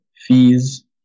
fees